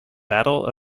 battle